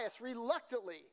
reluctantly